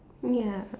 ya